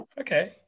Okay